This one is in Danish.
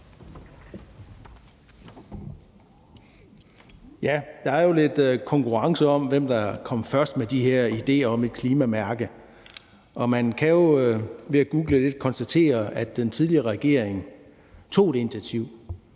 Der er jo lidt konkurrence om, hvem der kom først med de her idéer om et klimamærke, og man kan ved at google lidt konstatere, at den tidligere regering tog et initiativ,